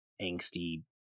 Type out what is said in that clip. angsty